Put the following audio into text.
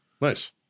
Nice